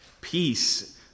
Peace